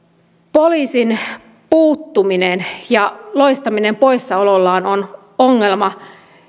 poliisin puuttuminen ja loistaminen poissaolollaan on ongelma